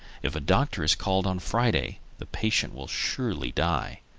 if a doctor is called on friday, the patient will surely die.